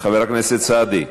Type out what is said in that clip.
חבר הכנסת סעדי?